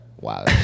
Wow